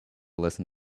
listen